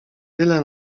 tyle